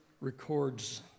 records